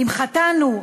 אם חטאנו,